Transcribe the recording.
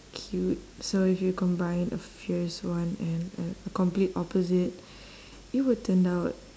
cute so if you combine a fierce one and a a complete opposite it would turn out